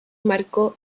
marcó